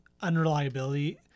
unreliability